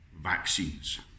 vaccines